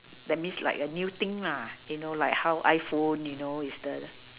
that means like a new thing lah you know like how iPhone you know is the